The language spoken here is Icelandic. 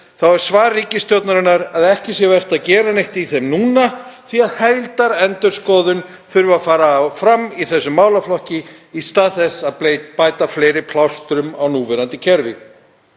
er svar ríkisstjórnarinnar að ekki sé vert að gera neitt í þeim núna því að heildarendurskoðun þurfi að fara fram í þessum málaflokki í stað þess að bæta fleiri plástrum á núverandi kerfi.